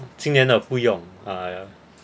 今年的不用 ah ya